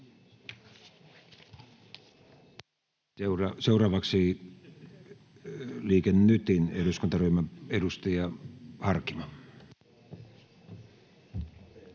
Seuraavaksi Liike Nytin eduskuntaryhmän edustaja Harkimo.